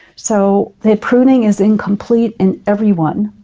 so the pruning is incomplete in everyone,